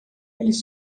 eles